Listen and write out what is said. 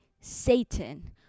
Satan